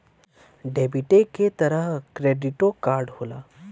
डेबिटे क तरह क्रेडिटो कार्ड होला